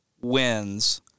wins